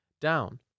down